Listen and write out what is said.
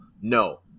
No